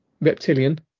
Reptilian